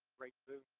great boon